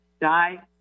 die